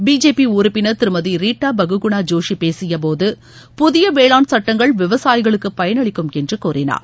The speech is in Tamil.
பிஜேபி உறுப்பினர் திருமதி ரீட்டா பகுகுணா ஜோஷி பேசிய போது புதிய வேளாண் சுட்டங்கள் விவசாயிகளுக்கு பயனளிக்கும் என்று கூறினார்